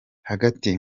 hagati